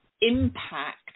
impact